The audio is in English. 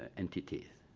entities.